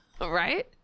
Right